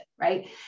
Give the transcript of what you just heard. right